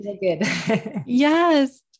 Yes